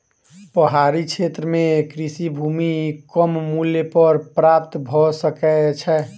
पहाड़ी क्षेत्र में कृषि भूमि कम मूल्य पर प्राप्त भ सकै छै